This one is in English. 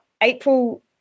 April